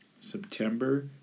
September